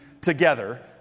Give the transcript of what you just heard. together